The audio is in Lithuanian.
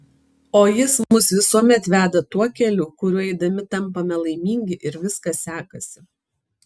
o jis mus visuomet veda tuo keliu kuriuo eidami tampame laimingi ir viskas sekasi